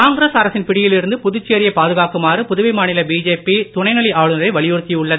காங்கிரஸ் அரசின் பிடியில் இருந்து புதுச்சேரியை பாதுகாக்குமாறு புதுவை மாநில பிஜேபி துணைநிலை ஆளுனரை வலியுறுத்தியுள்ளது